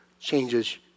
changes